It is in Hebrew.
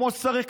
כמו צריך,